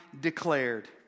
declared